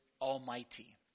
Almighty